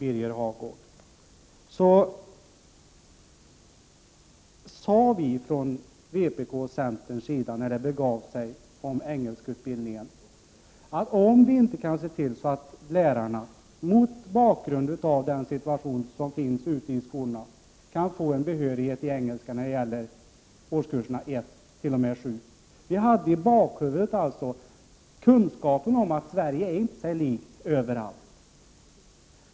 Från vpk:s och centerns sida frågade vi i samband med att utbildningen i engelska var aktuell om man inte kunde se till att lärarna kunde få behörighet i engelska när det gäller årskurserna 1-7. Vi kom med vårt förslag mot bakgrund av den situation som råder ute i skolorna. Vi hade alltså i bakhuvudet det faktum att Sverige inte är likadant överallt.